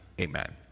Amen